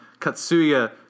Katsuya